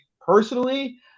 personally